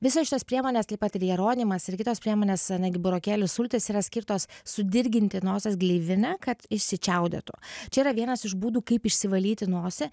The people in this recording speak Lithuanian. visos šitos priemonės taip pat ir jeronimas ir kitos priemonės netgi burokėlių sultys yra skirtos sudirginti nosies gleivinę kad išsičiaudėtų čia yra vienas iš būdų kaip išsivalyti nosį